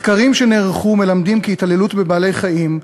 מחקרים שנערכו מלמדים כי התעללות בבעלי-חיים,